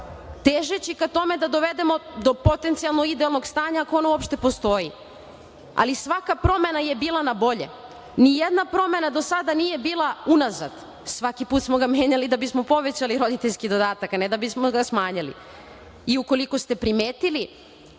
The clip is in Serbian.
težeći ka tome da dovedemo do potencijalno idealnog stanja, ako ono uopšte postoji. Svaka promena je bila na bolje. Nijedna promena do sada nije bila unazad. Svaki put smo ga menjali da bismo povećali roditeljski dodatak, a ne da bismo ga smanjili. I ukoliko ste primetili,